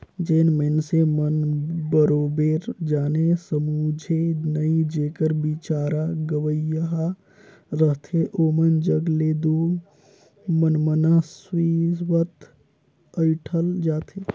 जेन मइनसे मन बरोबेर जाने समुझे नई जेकर बिचारा गंवइहां रहथे ओमन जग ले दो मनमना रिस्वत अंइठल जाथे